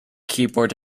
keyboard